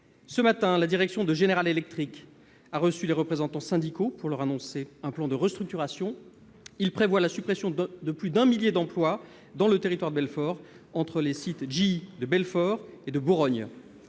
Ce matin, la direction de General Electric a reçu les représentants syndicaux pour leur annoncer un plan de restructuration. Il prévoit la suppression de plus d'un millier d'emplois dans le Territoire de Belfort, sur les sites GE de Belfort et de Bourogne.